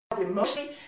emotionally